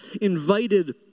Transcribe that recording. invited